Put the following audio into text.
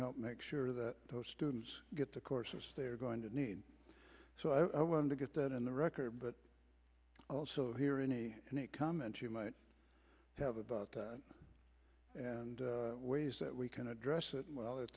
help make sure that those students get the course they're going to need so i want to get that in the record but also hear any comments you might have about that and ways that we can address that while at